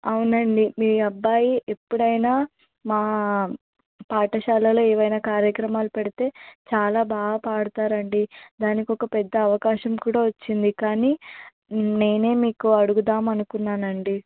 అవునండి మీ అబ్బాయి ఎప్పుడయినా మా పాఠశాలలో ఏమైనా కార్యక్రమాలు పెడితే చాలా బాగా పాడుతారండి దానికి ఒక పెద్ద అవకాశం కూడా వచ్చింది కానీ నేనే మీకు అడుగుదాము అనుకున్నానండి